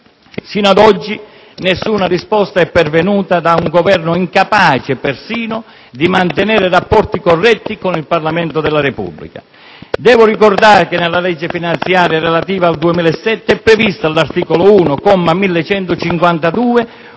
Fino ad oggi nessuna risposta è pervenuta da un Governo incapace, persino, di mantenere rapporti corretti con il Parlamento della Repubblica. Devo ricordare che nella legge finanziaria 2007 è previsto, all'articolo 1,